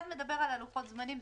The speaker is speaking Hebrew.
1 מדבר על לוחות זמנים,